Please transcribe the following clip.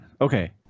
Okay